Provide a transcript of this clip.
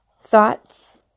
thoughts